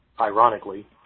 ironically